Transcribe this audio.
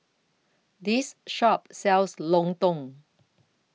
This Shop sells Lontong